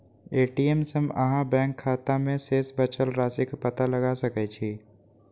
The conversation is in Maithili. ए.टी.एम सं अहां बैंक खाता मे शेष बचल राशिक पता लगा सकै छी